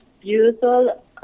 beautiful